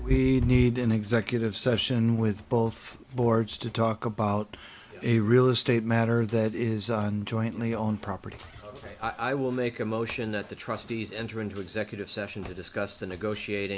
we need an executive session with both boards to talk about a real estate matter that is on jointly owned property i will make a motion that the trustees enter into executive session to discuss the negotiat